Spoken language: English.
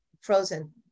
frozen